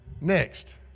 next